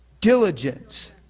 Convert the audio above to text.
diligence